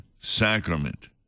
sacrament